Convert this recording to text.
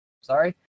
sorry